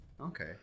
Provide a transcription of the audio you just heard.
okay